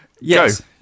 Yes